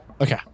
Okay